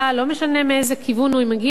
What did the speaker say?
לא משנה מאיזה כיוון הוא מגיע,